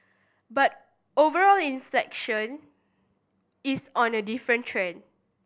but overall inflation is on a different trend